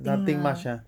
nothing much ah